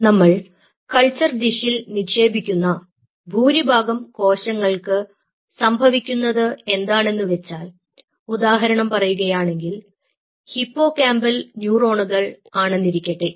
നമ്മൾ കൾച്ചർ ഡിഷിൽ നിക്ഷേപിക്കുന്ന ഭൂരിഭാഗം കോശങ്ങൾക്ക് സംഭവിക്കുന്നത് എന്താണെന്ന് വെച്ചാൽ ഉദാഹരണം പറയുകയാണെങ്കിൽ ഹിപ്പോകാമ്പൽ ന്യൂറോണുകൾ ആണെന്നിരിക്കട്ടെ